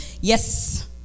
Yes